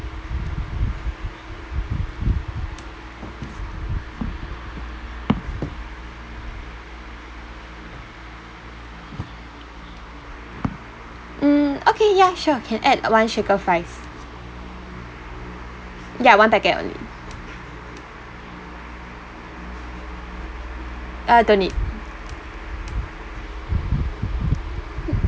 mm okay ya sure can add uh one shaker fries ya one packet only uh don't need